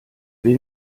will